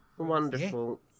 Wonderful